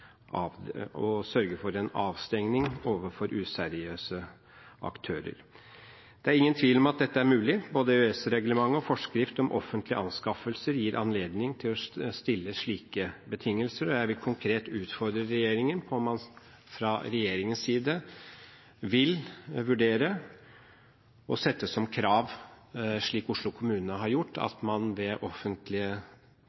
useriøse aktører. Det er ingen tvil om at dette er mulig. Både EØS-reglementet og Forskrift om offentlige anskaffelser gir anledning til å stille slike betingelser. Jeg vil konkret utfordre regjeringen på om den vil vurdere å sette som krav – slik Oslo kommune har gjort – at